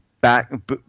back